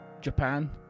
Japan